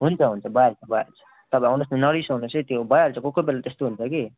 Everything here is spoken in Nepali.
हुन्छ हुन्छ भइहाल्छ भइहाल्छ तपाईँ आउनु होस् न नरिसाउनु होस् है त्यो भइहाल्छ कोही कोही बेला त्यस्तो हुन्छ कि